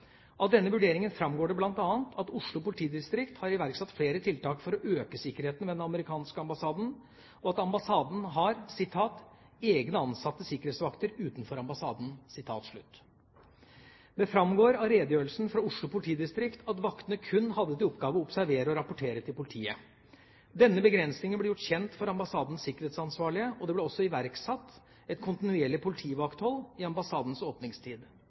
Av denne vurderingen framgår det bl.a. at Oslo politidistrikt har iverksatt flere tiltak for å øke sikkerheten ved den amerikanske ambassaden og at ambassaden har «egne ansatte sikkerhetsvakter utenfor ambassaden». Det framgår av redegjørelsen fra Oslo politidistrikt at vaktene kun hadde til oppgave å observere og rapportere til politiet. Denne begrensningen ble gjort kjent for ambassadens sikkerhetsansvarlige, og det ble også iverksatt et kontinuerlig politivakthold i ambassadens åpningstid.